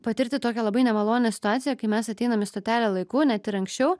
patirti tokią labai nemalonią situaciją kai mes ateinam į stotelę laiku net ir anksčiau